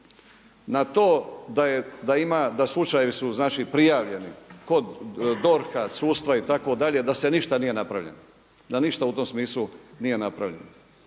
na to da su slučajevi prijavljeni kod DORH-a sudstva itd. da se ništa nije napravilo, da ništa u tom smislu nije napravljeno.